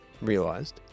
realized